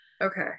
Okay